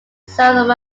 south